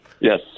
Yes